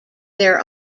their